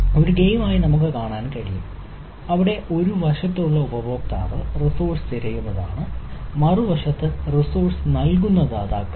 ഒരു ഗെയിമായി നമുക്ക് കാണാൻ കഴിയും അവിടെ ഒരു വശത്തുള്ള ഉപഭോക്താവ് റിസോഴ്സ്സ് തിരയുന്നവരാണ് മറുവശത്തു റിസോഴ്സ്സ് നൽകുന്ന ദാതാക്കളുണ്ട്